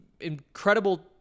incredible